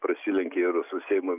prasilenkia ir su seimo